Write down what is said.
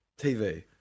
TV